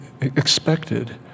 expected